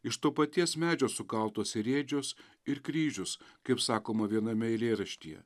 iš to paties medžio sukaltos ir ėdžios ir kryžius kaip sakoma viename eilėraštyje